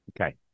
Okay